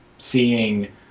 seeing